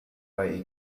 bei